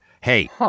hey